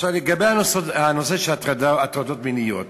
עכשיו לגבי הנושא של הטרדות מיניות.